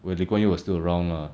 when lee kuan yew was still around lah